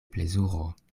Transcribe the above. plezuro